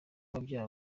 wabyaye